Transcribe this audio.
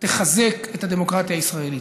תחזק את הדמוקרטיה הישראלית.